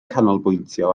canolbwyntio